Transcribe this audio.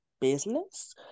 business